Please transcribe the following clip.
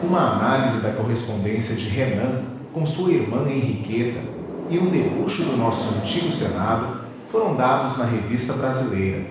uma análise da correspondência de renan com sua irmã henriqueta e um debuxo do nosso antigo senado foram dados na revista brasileira